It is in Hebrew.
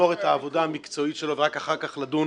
לגמור את העבודה המקצועית שלו ורק אחר כך לדון,